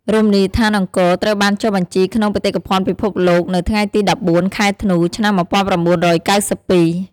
រមណីយដ្ឋានអង្គរ ត្រូវបានចុះបញ្ជីក្នុងបេតិកភណ្ឌភិភពលោកនៅថ្ងៃទី១៤ ខែធ្នូ ឆ្នាំ១៩៩២។